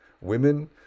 women